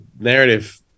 narrative